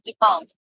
default